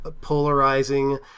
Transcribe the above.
polarizing